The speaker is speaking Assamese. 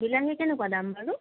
বিলাহীৰ কেনেকুৱা দাম বাৰু